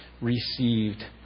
received